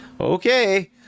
okay